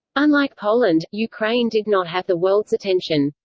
unlike poland, ukraine did not have the world's attention.